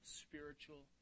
spiritual